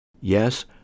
Yes